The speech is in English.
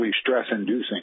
stress-inducing